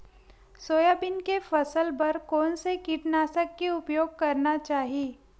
Soybean के फसल बर कोन से कीटनाशक के उपयोग करना चाहि?